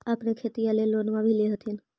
अपने खेतिया ले लोनमा भी ले होत्थिन?